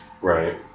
Right